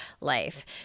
life